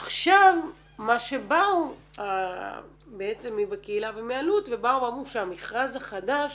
עכשיו מה שבקהילה ואלו"ט באו ואמרו שהמכרז החדש